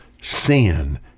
sin